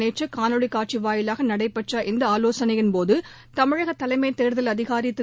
நேற்று காணொலி காட்சி வாயிலாக நடைபெற்ற இந்த ஆலோசனையின்போது தமிழக தலைமைத் தேர்தல் அதிகாரி திரு